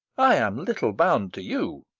i am little bound to you.